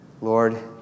Lord